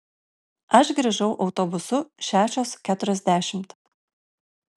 aš grįžau autobusu šešios keturiasdešimt